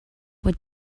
what